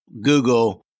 Google